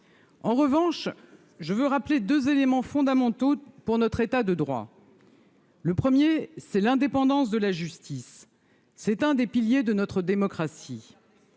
en revanche, je veux rappeler 2 éléments fondamentaux pour notre État de droit. Le 1er c'est l'indépendance de la justice, c'est un des piliers de notre démocratie.